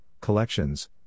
collections